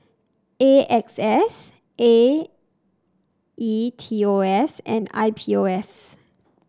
A X S A E T O S and I P O S